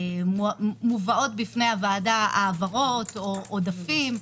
מובאות בפני הוועדה העברות או עודפים,